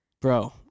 bro